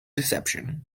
deception